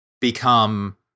become